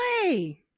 play